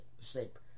shape